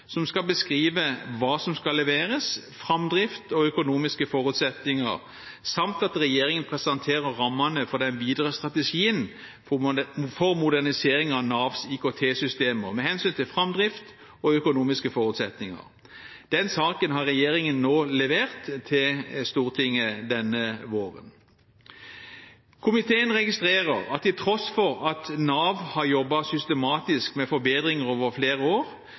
som skal beskrive hva som skal leveres, framdrift og økonomiske forutsetninger, samt at regjeringen presenterer rammene for den videre strategien for modernisering av Navs IKT-systemer med hensyn til framdrift og økonomiske forutsetninger. Den saken har regjeringen nå levert til Stortinget denne våren. Komiteen registrerer at til tross for at Nav har jobbet systematisk med forbedringer over flere år,